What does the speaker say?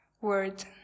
word